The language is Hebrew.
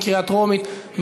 בקריאה טרומית.